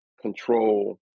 control